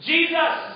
Jesus